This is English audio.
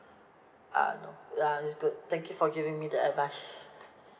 uh no err it's good thank you for giving me the advice